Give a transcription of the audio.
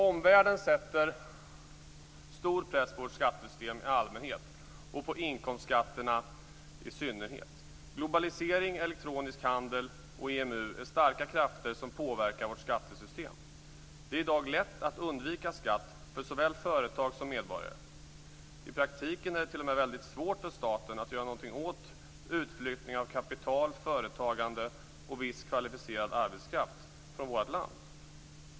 Omvärlden sätter stor press på vårt skattesystem i allmänhet och på inkomstskatterna i synnerhet. Globalisering, elektronisk handel och EMU är starka krafter som påverkar vårt skattesystem. Det är i dag lätt att undvika skatt för såväl företag som medborgare. I praktiken är det t.o.m. väldigt svårt för staten att göra någonting åt utflyttning av kapital, företagande och viss kvalificerad arbetskraft från vårt land.